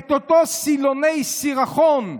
את אותם סילוני סירחון,